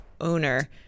owner